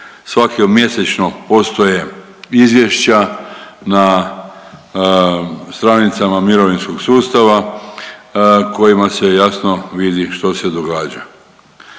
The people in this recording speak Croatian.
Svaki od mjesečno postoje izvješća na stranicama mirovinskog sustava kojima se jasno vidi što se događa.